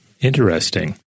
Interesting